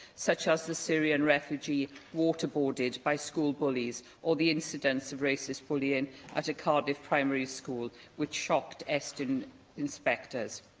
such as the syrian refugee waterboarded by school bullies or the incidents of racist bullying at a cardiff primary school, which shocked estyn inspectors.